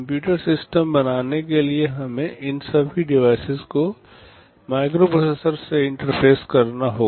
computer system बनाने के लिए हमें इन सभी डिवाइसेज को माइक्रोप्रोसेसर से इंटरफेस करना होगा